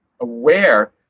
aware